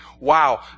wow